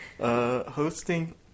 Hosting